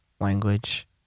language